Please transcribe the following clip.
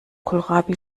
kohlrabi